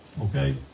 okay